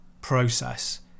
process